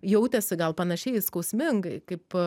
jautėsi gal panašiai skausmingai kaip